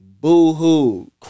boo-hoo